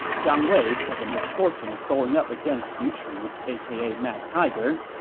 zhang wei had the misfortune of going up against xu chu, aka mad tiger.